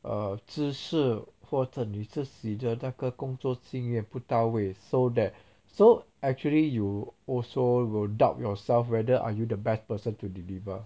err 知识或者你自己的工作经验不到位 so that so actually you also will doubt yourself whether are you the best person to deliver